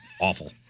awful